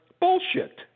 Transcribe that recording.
bullshit